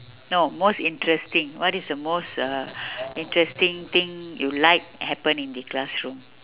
no most interesting what is the most uh interesting thing you like happen in the classroom